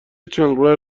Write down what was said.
چندلر